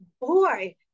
boy